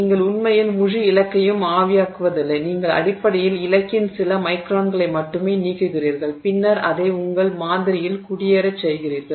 நீங்கள் உண்மையில் முழு இலக்கையும் ஆவியாக்குவதில்லை நீங்கள் அடிப்படையில் இலக்கின் சில மைக்ரான்களை மட்டுமே நீக்குகிறீர்கள் பின்னர் அதை உங்கள் மாதிரியில் குடியேறச் செய்கிறீர்கள்